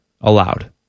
allowed